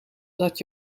dat